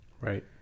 right